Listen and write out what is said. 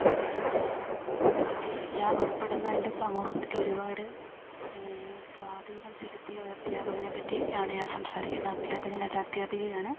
എന്നില് അല്ലെങ്കിൽ ഞാൻ ഉൾപ്പെടുന്ന എൻ്റെ സമൂഹത്തിലൊരുപാട് സ്വാധീനം ചെലുത്തിയ ഒരധ്യാപകനെപ്പറ്റിയാണ് ഞാൻ സംസാരിക്കുന്നത് അധ്യാപകനല്ല അധ്യാപികയാണ്